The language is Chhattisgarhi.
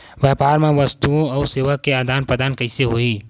व्यापार मा वस्तुओ अउ सेवा के आदान प्रदान कइसे होही?